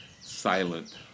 silent